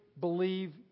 believe